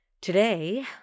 Today